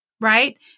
right